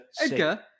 Edgar